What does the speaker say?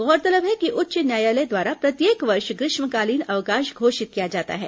गौरतलब है कि उच्च न्यायालय द्वारा प्रत्येक वर्ष ग्रीष्मकालीन अवकाश घोषित किया जाता है